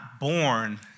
born